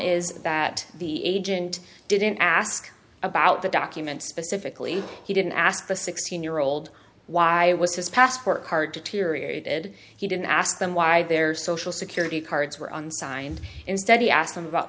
is that the agent didn't ask about the documents specifically he didn't ask a sixteen year old why was his passport hard to tyria did he didn't ask them why their social security cards were unsigned instead he asked them about